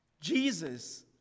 Jesus